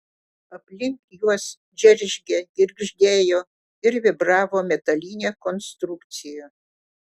aplink juos džeržgė girgždėjo ir vibravo metalinė konstrukcija